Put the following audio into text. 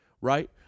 Right